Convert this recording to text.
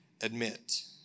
admit